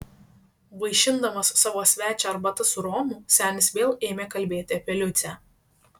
vaišindamas savo svečią arbata su romu senis vėl ėmė kalbėti apie liucę